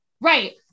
Right